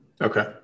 Okay